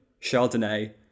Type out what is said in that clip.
chardonnay